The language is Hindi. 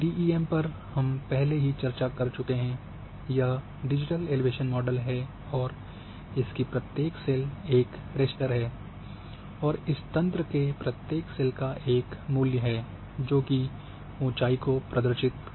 डीईएम पर हम पहले ही चर्चा कर चुके हैं कि यह डिजिटल एलिवेशन मॉडल और इसकी प्रत्येक सेल एक रेस्टर है और इस तंत्र के प्रत्येक सेल का एक मूल्य है जो की ऊँचाई को प्रदर्शित करता है